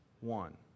one